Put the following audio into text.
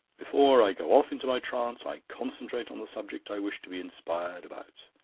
before i go off into my trance, i concentrate on the subject i wish to be inspired about.